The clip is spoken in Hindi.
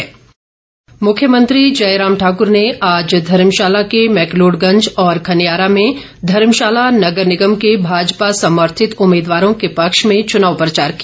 चुनाव प्रचार मुख्यमंत्री जयराम ठाकर ने आज धर्मशाला के मैक्लोड़गंज और खनियारा में धर्मशाला नगर निगम के भाजपा समर्थित उम्मीदवारों के पक्ष में चनाव प्रचार किया